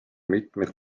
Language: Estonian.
mitmeid